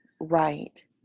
Right